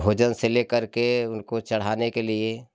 भोजन से लेकर के उनको चढ़ाने के लिए